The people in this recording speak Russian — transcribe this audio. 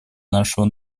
нашего